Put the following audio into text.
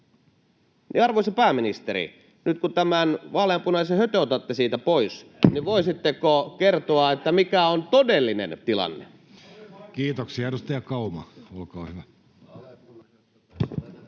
Arvoisa pääministeri, nyt kun tämän vaaleanpunaisen hötön otatte siitä pois, niin voisitteko kertoa, mikä on todellinen tilanne? [Speech 38] Speaker: Jussi Halla-aho